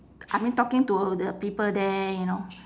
I mean talking to the people there you know